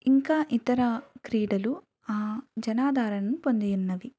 ఇంకా ఇతర క్రీడలు జనాధారణను పొంది ఉన్నవి